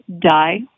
die